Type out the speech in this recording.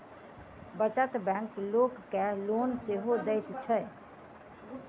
बचत बैंक लोक के लोन सेहो दैत छै